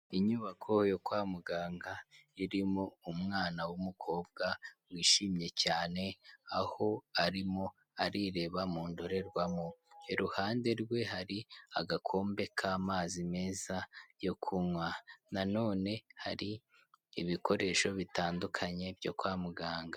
Inyubako yo kwa muganga irimo umwana w'umukobwa wishimye cyane, aho arimo arireba mu ndorerwamo. Iruhande rwe hari agakombe k'amazi meza yo kunywa. Na none hari ibikoresho bitandukanye byo kwa muganga.